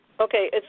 Okay